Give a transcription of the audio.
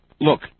look